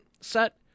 set